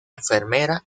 enfermera